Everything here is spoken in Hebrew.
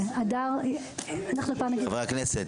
צריך את ההתייעצות